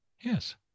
yes